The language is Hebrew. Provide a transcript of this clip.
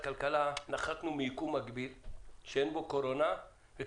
להתמודדות עם נגיף הקורונה (הוראת שעה).